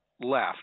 left